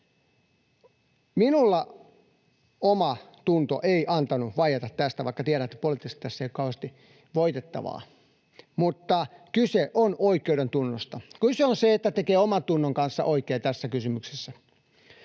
Minulla omatunto ei antanut vaieta tästä, vaikka tiedän, että poliittisesti tässä ei ole kauheasti voitettavaa. Mutta kyse on oikeudentunnosta. Kyse on siitä, että tekee omantunnon kanssa oikein tässä kysymyksessä.